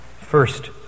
First